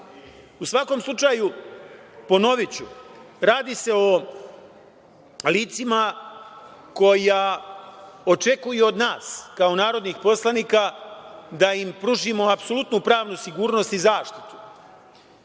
svakom slučaju, ponoviću, radi se o licima koja očekuju od nas kao narodnih poslanika da im pružimo apsolutnu pravnu sigurnost i zaštitu.E,